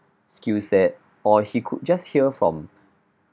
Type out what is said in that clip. skills set or he could just hear from